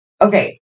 okay